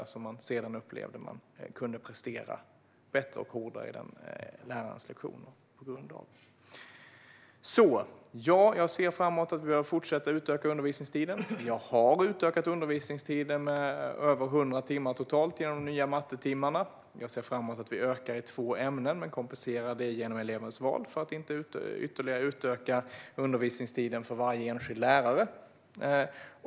Efter ett sådant samtal upplevde man att man kunde prestera bättre på den lärarens lektioner. Vi behöver fortsätta att utöka undervisningstiden. Jag har utökat undervisningstiden med totalt över 100 timmar genom de nya mattetimmarna. Jag ser fram emot att vi ökar antalet timmar i två ämnen men kompenserar detta genom elevens val för att inte ytterligare utöka undervisningstiden för varje enskild lärare.